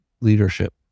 leadership